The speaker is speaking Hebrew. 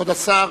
כבוד השר,